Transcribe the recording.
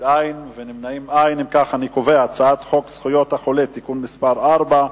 חוק זכויות החולה (תיקון מס' 4),